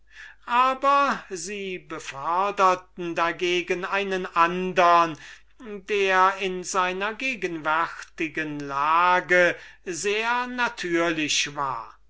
aber sie beförderten dagegen einen andern der in den umständen worin er zu tarent lebte sehr natürlich war